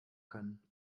können